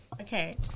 okay